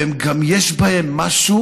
וגם יש בהן משהו